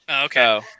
Okay